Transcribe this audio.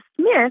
Smith